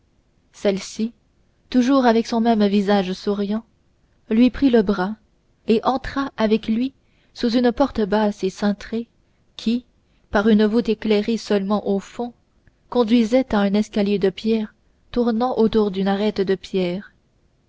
celle-ci toujours avec son même visage souriant lui prit le bras et entra avec lui sous une porte basse et cintrée qui par une voûte éclairée seulement au fond conduisait à un escalier de pierre tournant autour d'une arête de pierre